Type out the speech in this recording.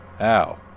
ow